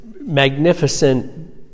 magnificent